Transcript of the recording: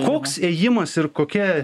koks ėjimas ir kokia